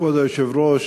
כבוד היושב-ראש,